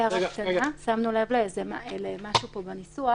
שמנו לב למשהו פה בניסוח.